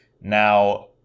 Now